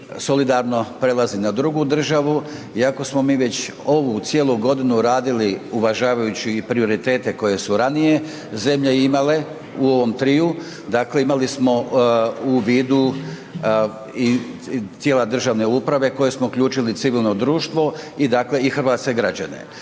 solidarno, prelazi na drugu državu iako smo mi već ovu cijelu godinu radili uvažavajući i prioritete koje su ranije zemlje imale u ovom triju, dakle imali smo u vidu tijela državne uprave koje smo uključili u civilno društvo i dakle i hrvatske građane.